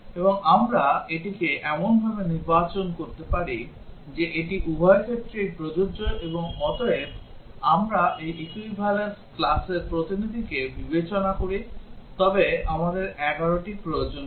এবং আমরা এটিকে এমনভাবে নির্বাচন করতে পারি যে এটি উভয়ের ক্ষেত্রেই প্রযোজ্য এবং অতএব যদি আমরা এই equivalence classর প্রতিনিধিকে বিবেচনা করি তবে আমাদের 11 টি প্রয়োজন হবে